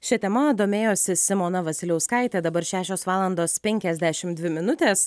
šia tema domėjosi simona vasiliauskaitė dabar šešios valandos penkiasdešimt dvi minutės